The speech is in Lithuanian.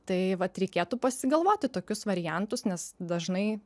tai vat reikėtų pasigalvoti tokius variantus nes dažnai